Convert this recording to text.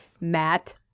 Matt